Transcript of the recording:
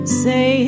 say